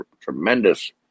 tremendous